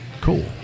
cool